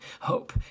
hope